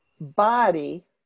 body